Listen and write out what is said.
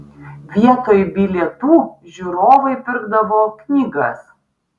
vietoj bilietų žiūrovai pirkdavo knygas